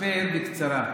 אספר בקצרה.